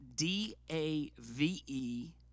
D-A-V-E